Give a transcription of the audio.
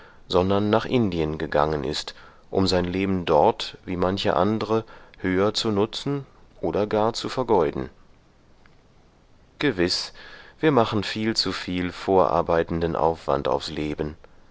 sondern nach indien gegangen ist um sein leben dort wie mancher andere höher zu nutzen oder gar zu vergeuden gewiß wir machen viel zu viel vorarbeitenden aufwand aufs leben